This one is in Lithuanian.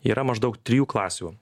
yra maždaug trijų klasių